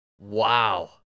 Wow